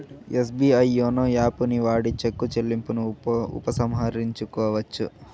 SBI YONO యాపుని వాడి చెక్కు చెల్లింపును ఉపసంహరించుకోవచ్చు